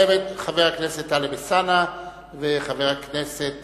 חבר הכנסת טלב אלסאנע וחבר הכנסת